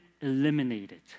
eliminated